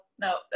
no